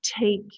take